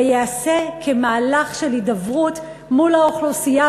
וייעשה כמהלך של הידברות מול האוכלוסייה,